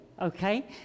okay